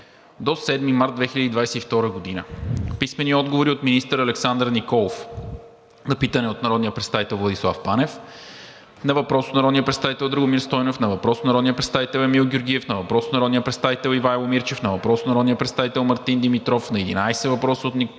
до 7 март 2022 г.: Писмени отговори от министър Александър Николов на: - питане от народния представител Владислав Панев; - въпрос от народния представител Драгомир Стойнев; - въпрос от народния представител Емил Георгиев; - въпрос от народния представител Ивайло Мирчев; - въпрос от народния представител Мартин Димитров; - на единадесет въпроса от народния